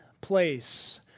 place